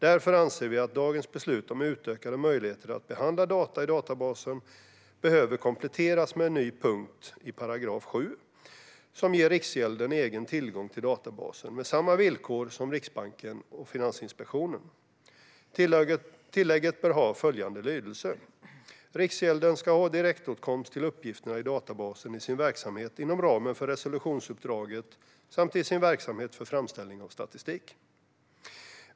Vi anser därför att dagens beslut om utökade möjligheter att behandla data i databasen behöver kompletteras med en ny punkt i § 7, som ger Riksgälden egen tillgång till databasen, med samma villkor som Riksbanken och Finansinspektionen. Tillägget bör ha följande lydelse: "Riksgälden ska ha direktåtkomst till uppgifterna i databasen i sin verksamhet inom ramen för resolutionsuppdraget samt i sin verksamhet för framställning av statistik."